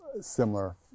similar